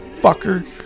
fucker